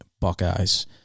Buckeyes